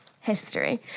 history